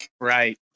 Right